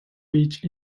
beach